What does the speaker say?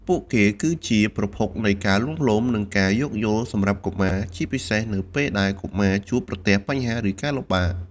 ពួកគេគឺជាប្រភពនៃការលួងលោម និងការយោគយល់សម្រាប់កុមារ ជាពិសេសនៅពេលដែលកុមារជួបប្រទះបញ្ហា ឬការលំបាក។